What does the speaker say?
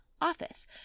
office